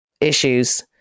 issues